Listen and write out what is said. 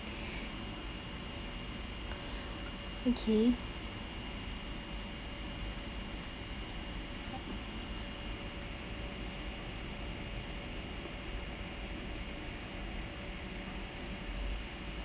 okay